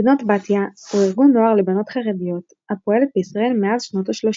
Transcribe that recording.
בנות בתיה היא ארגון נוער לבנות חרדיות הפועלת בישראל מאז שנות השלושים,